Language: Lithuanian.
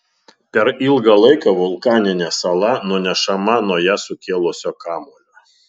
per ilgą laiką vulkaninė sala nunešama nuo ją sukėlusio kamuolio